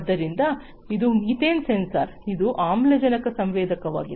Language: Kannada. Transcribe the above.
ಆದ್ದರಿಂದ ಇದು ಈ ಮೀಥೇನ್ ಸೆನ್ಸರ್ ಇದು ಆಮ್ಲಜನಕ ಸಂವೇದಕವಾಗಿದೆ